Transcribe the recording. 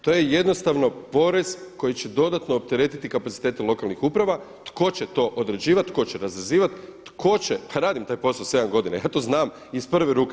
To je jednostavno porez koji će dodatno opteretiti kapacitete lokalnih uprava, tko će to odrađivati, tko će razrezivati, tko će, pa radim taj posao 7 godina, ja to znam iz prve ruke.